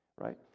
right